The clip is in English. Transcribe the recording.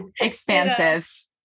expansive